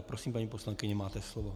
Prosím, paní poslankyně, máte slovo.